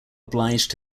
obliged